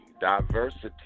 diversity